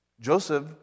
Joseph